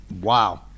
Wow